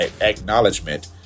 acknowledgement